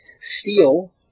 Steel